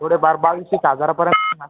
थोडेफार बावीस